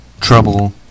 trouble